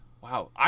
Wow